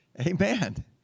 Amen